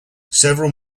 several